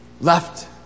left